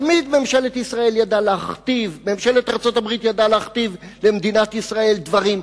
תמיד ממשלת ארצות-הברית ידעה להכתיב למדינת ישראל דברים,